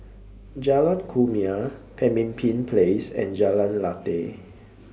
Jalan Kumia Pemimpin Place and Jalan Lateh